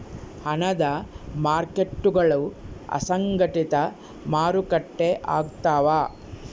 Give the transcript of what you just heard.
ಹಣದ ಮಾರ್ಕೇಟ್ಗುಳು ಅಸಂಘಟಿತ ಮಾರುಕಟ್ಟೆ ಆಗ್ತವ